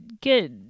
get